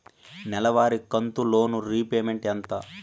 నెలవారి కంతు loan repayment ఎంత?